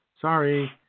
Sorry